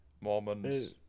Mormons